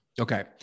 Okay